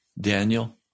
Daniel